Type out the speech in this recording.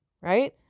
right